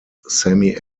sammy